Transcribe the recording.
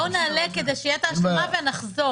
בואו נעלה כדי שתהיה את ההשלמה ונחזור.